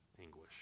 anguish